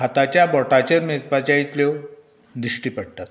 हातांच्यो बोटांचेर मेजपां इतल्यो दिश्टी पडटात